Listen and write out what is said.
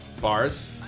bars